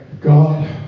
God